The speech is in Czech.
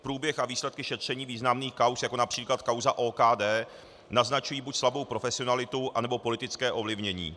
Průběh a výsledky šetření významných kauz, jako například kauza OKD, naznačují buď slabou profesionalitu, anebo politické ovlivnění.